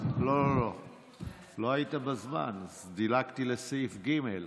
לא היית בזמן, אז דילגתי לסעיף ג',